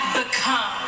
become